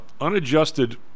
Unadjusted